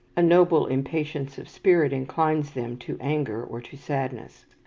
a noble impatience of spirit inclines them to anger or to sadness.